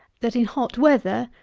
that in hot weather,